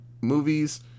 movies